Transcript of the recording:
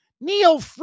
Neil